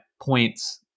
points